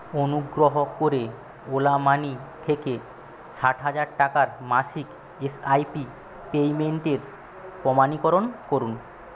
অনুগ্রহ করে Ola money থেকে ষাট হাজার টাকার মাসিক এসআইপি পেইমেন্টের প্রমাণীকরণ করুন